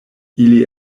ili